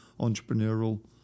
entrepreneurial